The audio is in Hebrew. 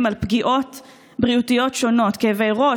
על פגיעות בריאותיות שונות: כאבי ראש,